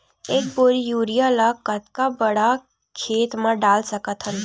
एक बोरी यूरिया ल कतका बड़ा खेत म डाल सकत हन?